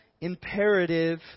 imperative